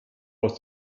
aus